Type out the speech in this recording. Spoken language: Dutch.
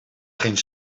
geen